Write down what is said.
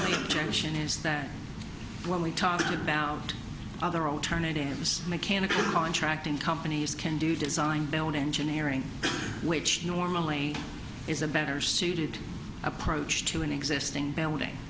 only intention is that when we talked about other alternatives mechanical contracting companies can do design their own engineering which normally is a better suited approach to an existing building